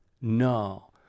No